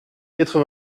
quatre